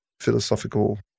philosophical